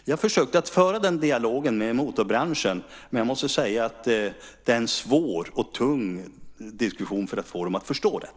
Jag har försökt föra den dialogen med motorbranschen, men jag måste säga att det krävs en svår och tung diskussion för att få den att förstå detta.